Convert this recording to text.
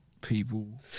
people